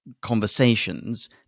conversations